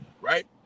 right